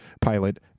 pilot